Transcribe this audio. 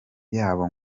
yabo